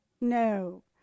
No